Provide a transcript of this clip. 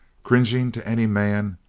cringing to any man,